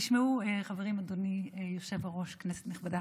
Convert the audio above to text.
תשמעו, חברים, אדוני היושב-ראש, כנסת נכבדה,